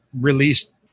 released